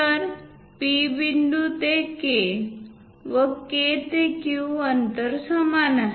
तर P बिंदू ते K व K ते Q पर्यंत अंतर समान आहे